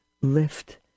lift